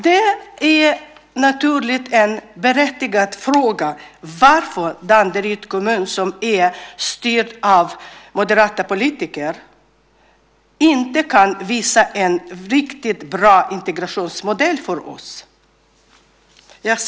Det är naturligtvis en berättigad fråga varför Danderyds kommun, som är styrd av moderata politiker, inte kan visa en riktigt bra integrationsmodell för oss.